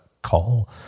call